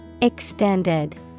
extended